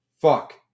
fuck